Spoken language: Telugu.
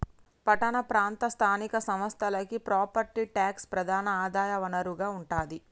పట్టణ ప్రాంత స్థానిక సంస్థలకి ప్రాపర్టీ ట్యాక్సే ప్రధాన ఆదాయ వనరుగా ఉంటాది